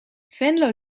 venlo